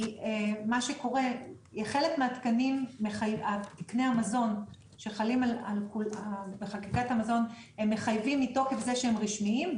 כי חלק מתקני המזון שחלים בחקיקת המזון הם מחייבים מתוקף זה שהם רשמיים,